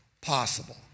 possible